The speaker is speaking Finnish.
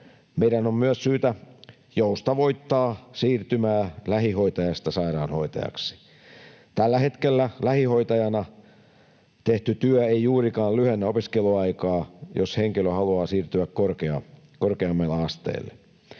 Meidän on myös syytä joustavoittaa siirtymää lähihoitajasta sairaanhoitajaksi. Tällä hetkellä lähihoitajana tehty työ ei juurikaan lyhennä opiskeluaikaa, jos henkilö haluaa siirtyä korkeammalle asteelle.